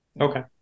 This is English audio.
okay